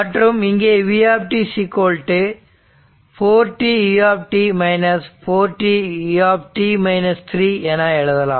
மற்றும் இங்கே v 4t u 4t u என எழுதலாம்